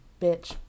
bitch